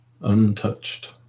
untouched